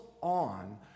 on